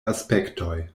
aspektoj